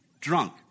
drunk